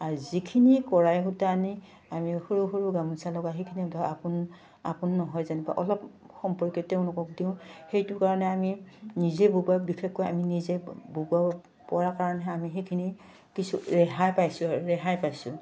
আৰু যিখিনি কৰাই সূতা আনি আমি সৰু সৰু গামোচা লগাও সেইখিনি ধৰক আপোন আপোন নহয় যেনিবা অলপ সম্পৰ্কে তেওঁলোকক দিওঁ সেইটো কাৰণে আমি নিজে বুব বিশেষকৈ আমি নিজে বুব পৰা কাৰণেহে আমি সেইখিনি কিছু ৰেহাই পাইছোঁ ৰেহাই পাইছোঁ